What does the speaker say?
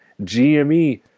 gme